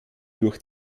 durch